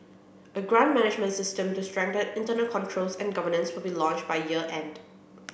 a grant management system to strengthen internal controls and governance would be launched by year end